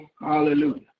Hallelujah